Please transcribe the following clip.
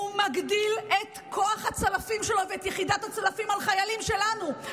הוא מגדיל את כוח הצלפים שלו ואת יחידת הצלפים על חיילים שלנו,